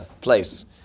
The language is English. place